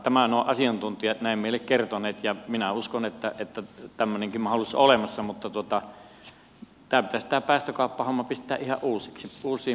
tämän ovat asiantuntijat näin meille kertoneet ja minä uskon että tämmöinenkin mahdollisuus on olemassa mutta tämä päästökauppahomma pitäisi pistää ihan uusiksi uusiin puihin kerta kaikkiaan